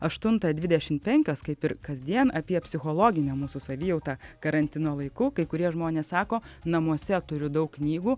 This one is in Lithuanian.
aštuntą dvidešimt penkios kaip ir kasdien apie psichologinę mūsų savijautą karantino laiku kai kurie žmonės sako namuose turiu daug knygų